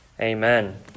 Amen